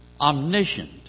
omniscient